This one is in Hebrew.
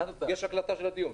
יש הקלטה של הדיון.